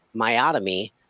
myotomy